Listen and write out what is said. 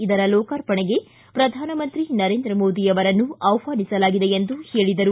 ಇದರ ಲೋಕಾರ್ಪಣೆಗೆ ಪ್ರಧಾನಮಂತ್ರಿ ನರೇಂದ್ರ ಮೋದಿ ಅವರನ್ನು ಆಹ್ವಾನಿಸಲಾಗಿದೆ ಎಂದು ಹೇಳಿದರು